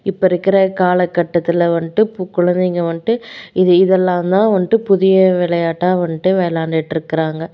இப்போ இருக்கிற காலகட்டத்தில் வந்துட்டு இப்போது குழந்தைங்க வந்துட்டு இது இதெல்லாம் தான் வந்துட்டு புதிய விளையாட்டா வந்துட்டு விளையாண்டுட்ருக்குறாங்க